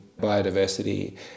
biodiversity